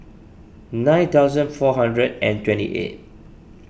nine thousand four hundred and twenty eight